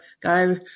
go